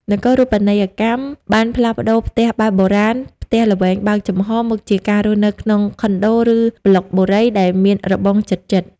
នគរូបនីយកម្មបានផ្លាស់ប្តូរផ្ទះបែបបុរាណ ផ្ទះល្វែងបើកចំហរ មកជាការរស់នៅក្នុង Condos ឬប្លុកបុរី ដែលមានរបងជិតៗ។